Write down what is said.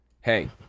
Hey